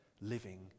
living